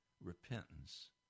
repentance